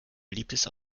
beliebtes